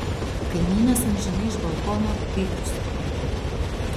kaimynas amžinai iš balkono bikus svaido